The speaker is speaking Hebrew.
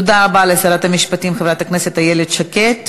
תודה רבה לשרת המשפטים חברת הכנסת איילת שקד.